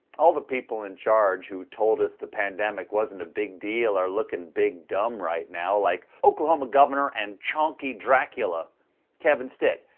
all the people in charge who told us the pandemic wasn't a big deal are looking big dumb right now like oklahoma governor and chonky dracula kevin stitt,